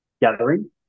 gathering